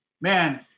Man